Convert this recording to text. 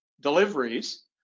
deliveries